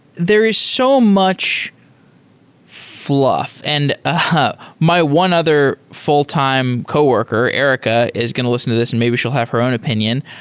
there is so much fl uff, and ah my one other full-time coworker, erica, is going to listen to this and maybe she'll have her own opinion.